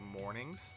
mornings